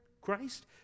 Christ